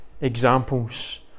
examples